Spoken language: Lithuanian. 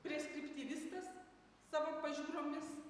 preskriptyvistas savo pažiūromis